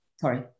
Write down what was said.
Sorry